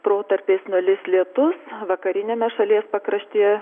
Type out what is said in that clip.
protarpiais nulis lietus vakariniame šalies pakraštyje